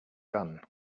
gun